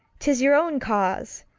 tis your own cause,